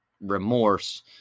remorse